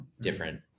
different